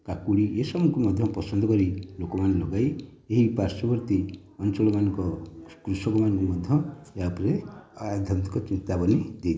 କାକୁଡ଼ି ଏସବୁକୁ ମଧ୍ୟ ପସନ୍ଦ କରି ଲୋକମାନେ ଲଗାଇ ଏହି ପାର୍ଶ୍ଵବର୍ତ୍ତୀ ଅଞ୍ଚଳମାନଙ୍କ କୃଷକମାନଙ୍କୁ ମଧ୍ୟ ଏହା ଉପରେ ଆଧ୍ୟାତ୍ମିକ ଚେତାବନୀ ଦେଇଥାନ୍ତି